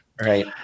right